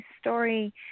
story